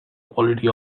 quality